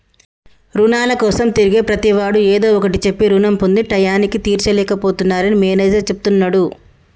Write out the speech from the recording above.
రుణాల కోసం తిరిగే ప్రతివాడు ఏదో ఒకటి చెప్పి రుణం పొంది టైయ్యానికి తీర్చలేక పోతున్నరని మేనేజర్ చెప్తున్నడు